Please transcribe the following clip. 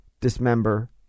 dismember